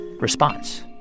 response